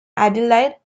adelaide